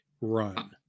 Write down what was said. run